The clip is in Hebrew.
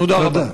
תודה רבה.